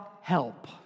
help